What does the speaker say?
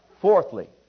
Fourthly